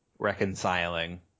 reconciling